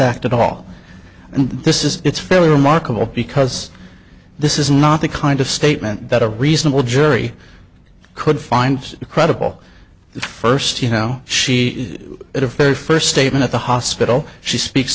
act at all and this is it's very remarkable because this is not the kind of statement that a reasonable jury could find credible the first you know she is at the very first statement at the hospital she speaks